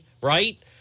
right